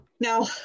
now